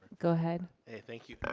go ahead. okay thank you,